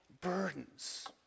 burdens